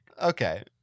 Okay